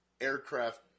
aircraft